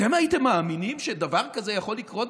אתם הייתם מאמינים שדבר כזה יכול לקרות?